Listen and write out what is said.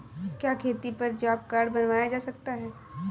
क्या खेती पर जॉब कार्ड बनवाया जा सकता है?